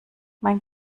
mein